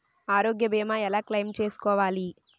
ఆరోగ్య భీమా ఎలా క్లైమ్ చేసుకోవాలి?